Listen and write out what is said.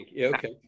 okay